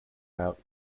route